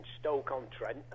Stoke-on-Trent